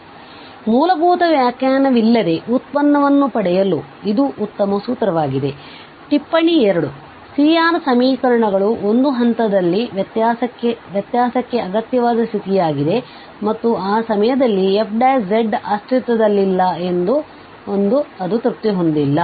ಆದ್ದರಿಂದ ಮೂಲಭೂತ ವ್ಯಾಖ್ಯಾನವಿಲ್ಲದೆ ಉತ್ಪನ್ನವನ್ನು ಪಡೆಯಲು ಇದು ಉತ್ತಮ ಸೂತ್ರವಾಗಿದೆ ಟಿಪ್ಪಣಿ 2 C R ಸಮೀಕರಣಗಳು ಒಂದು ಹಂತದಲ್ಲಿ ವ್ಯತ್ಯಾಸಕ್ಕೆ ಅಗತ್ಯವಾದ ಸ್ಥಿತಿಯಾಗಿದೆ ಮತ್ತು ಆ ಸಮಯದಲ್ಲಿ f ಅಸ್ತಿತ್ವದಲ್ಲಿಲ್ಲ ಎಂದು ಅದು ತೃಪ್ತಿ ಹೊಂದಿಲ್ಲ